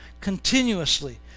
continuously